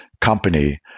company